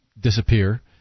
disappear